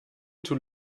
too